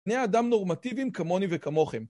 בני אדם נורמטיביים כמוני וכמוכם.